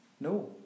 No